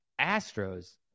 Astros